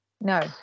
No